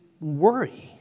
worry